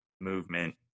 movement